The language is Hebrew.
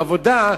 עבודה,